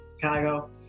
Chicago